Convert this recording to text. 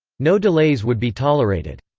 no delays would be tolerated.